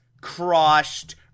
...crushed